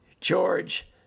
George